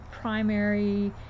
primary